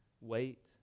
wait